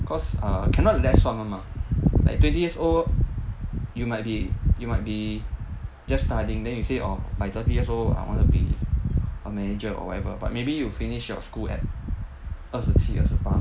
cause err cannot less [one] mah like twenty years old you might be you might be just studying then you say orh by thirty years old I wanna be a manager or whatever but maybe you finish your school at 二十七二十八